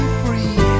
free